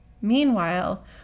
Meanwhile